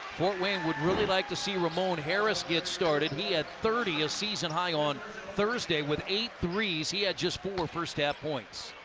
fort wayne would really like to see ramon harris get started. he had thirty, a season high on thursday, with eight three s. had just four first half points.